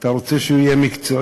אתה רוצה שהוא יהיה מקצועי?